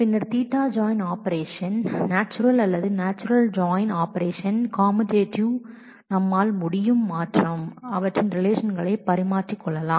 பின்னர் Ɵ join operation natural அல்லது natural join operation ஆகியவை காமுடேட்டிவ் நம்மால் அவற்றின் ரிலேஷன்களை பரிமாறிக்கொள்ள முடியும்